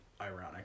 ironic